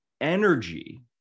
energy